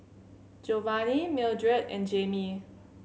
Jovani Mildred and Jamie